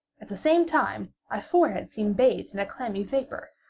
at the same time my forehead seemed bathed in a clammy vapor,